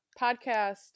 podcast